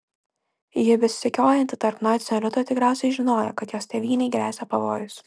ji besisukiojanti tarp nacių elito tikriausiai žinojo kad jos tėvynei gresia pavojus